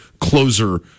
closer